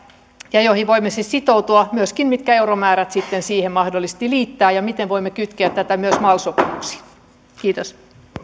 ja joihin voimme siis sitoutua myöskin mitkä euromäärät sitten siihen mahdollisesti liittyvät ja miten voimme kytkeä tätä myös mal sopimuksiin kiitos